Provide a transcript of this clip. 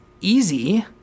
easy